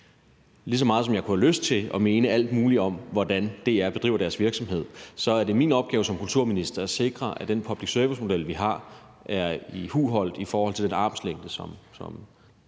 lige så meget jeg kunne have lyst til at mene alt muligt om, hvordan DR bedriver deres virksomhed, er det min opgave som kulturminister at sikre, at den public service-model, vi har, er overholdt i forhold til den armslængde, som